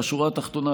בשורה התחתונה,